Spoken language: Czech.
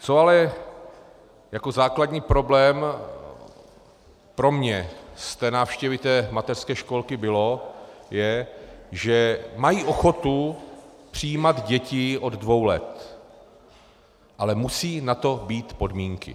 Co ale jako základní problém pro mě z té návštěvy mateřské školky bylo, je, že mají ochotu přijímat děti od dvou let, ale musí na to být podmínky.